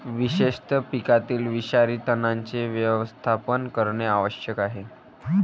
विशेषतः पिकातील विषारी तणांचे व्यवस्थापन करणे आवश्यक आहे